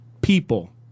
people